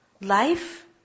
Life